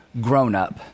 grown-up